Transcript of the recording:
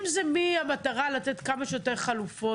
אם זה מהמטרה לתת כמה שיותר חלופות.